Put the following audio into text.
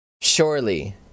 surely